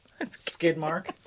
Skidmark